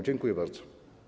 Dziękuję bardzo.